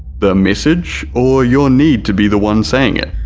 the message or your need to be the one saying it?